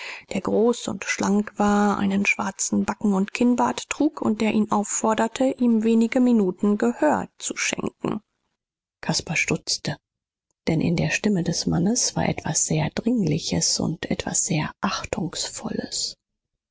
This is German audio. der groß und schlank war einen schwarzen backen und kinnbart trug und der ihn aufforderte ihm wenige minuten gehör zu schenken caspar stutzte denn in der stimme des mannes war etwas sehr dringliches und etwas sehr achtungsvolles